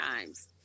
times